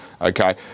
okay